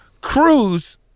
Cruz